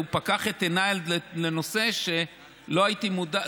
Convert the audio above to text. הוא פקח את עיניי לנושא שלא הייתי מודע לו,